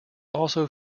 also